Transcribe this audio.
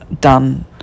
done